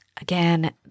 again